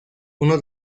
uno